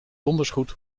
dondersgoed